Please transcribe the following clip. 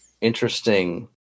interesting